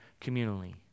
communally